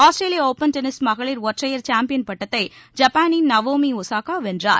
ஆஸ்திரேலிய open tennis மகளிர் ஒற்றையர் champion பட்டத்தை ஜப்பானின் நவோமி ஒஸாகா வென்றார்